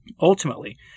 Ultimately